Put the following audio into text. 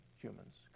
humans